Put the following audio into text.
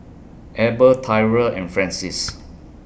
Eber Tyrel and Francis